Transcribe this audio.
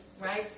right